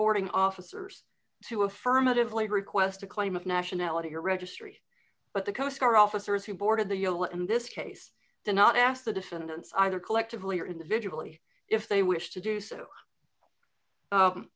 boarding officers to affirmatively request a claim of nationality or registry but the coast guard officers who boarded the yellow in this case the not asked the defendants either collectively or individually if they wish to do so